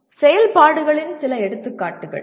மற்றும் செயல்பாடுகளின் சில எடுத்துக்காட்டுகள்